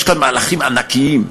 יש כאן מהלכים ענקיים,